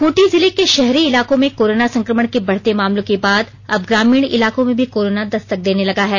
खूंटी जिले के शहरी इलाकों में कोरोना संक्रमण के बढ़ते मामलों के बाद अब ग्रामीण इलाकों में भी कोरोना दस्तक देने लगा है